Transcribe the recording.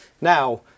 now